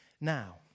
now